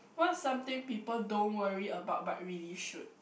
what's something people don't worry about but really should